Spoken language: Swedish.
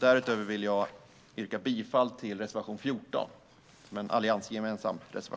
Därutöver yrkar jag bifall till reservation 14 från allianspartierna.